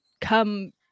come